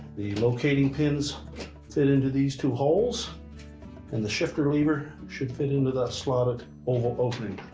the locating pins fit into these two holes and the shifter lever should fit into that slotted oval opening.